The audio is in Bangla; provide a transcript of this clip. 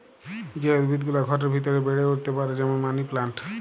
যে উদ্ভিদ গুলা ঘরের ভিতরে বেড়ে উঠতে পারে যেমন মানি প্লান্ট